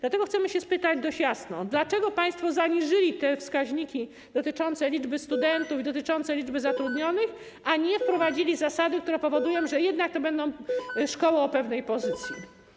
Dlatego chcemy spytać dość jasno, dlaczego państwo zaniżyli wskaźniki dotyczące liczby studentów i dotyczące liczby zatrudnionych, a nie wprowadzili zasad, które powodują, że będą to jednak szkoły o pewnej pozycji.